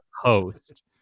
host